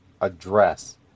address